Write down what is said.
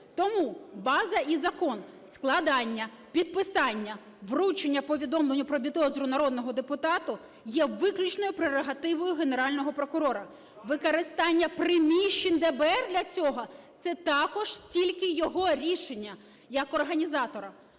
Тому база і закон, складання, підписання, вручення повідомлення про підозру народному депутату є виключно прерогативою Генерального прокурора. Використання приміщень ДБР для цього – це також тільки його рішення як організатора.